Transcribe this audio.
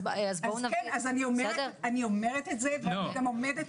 אז בואו- -- זה עדיין לא אומר שזה לא נכון.